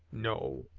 no,